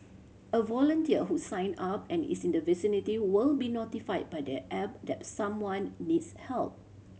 a volunteer who sign up and is in the vicinity will be notified by the app that someone needs help